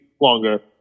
longer